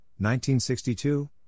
1962